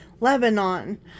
lebanon